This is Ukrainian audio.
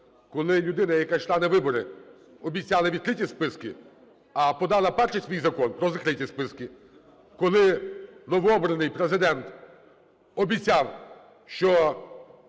коли людина, яка йшла на вибори, обіцяла відкриті списки, а подала свій перший закон про закриті списки. Коли новообраний Президент обіцяв, що